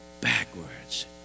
backwards